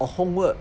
or homework